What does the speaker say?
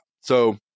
So-